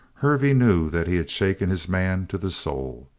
hervey knew that he had shaken his man to the soul.